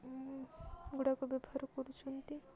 ଗୁଡ଼ାକ ବ୍ୟବହାର କରୁଛନ୍ତି